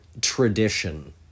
tradition